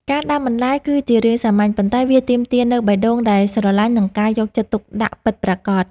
ការដាំបន្លែគឺជារឿងសាមញ្ញ ប៉ុន្តែវាទាមទារនូវបេះដូងដែលស្រឡាញ់ និងការយកចិត្តទុកដាក់ពិតប្រាកដ។